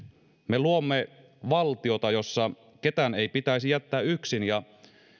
me luomme valtiota jossa ketään ei pitäisi jättää yksin ja